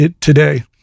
today